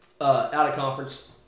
out-of-conference